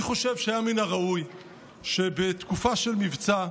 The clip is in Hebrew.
אני חושב שמן הראוי שבתקופה של מבצע,